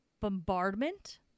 bombardment